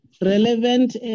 Relevant